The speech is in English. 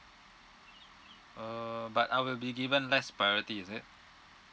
uh but I will be given less priority is it